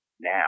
now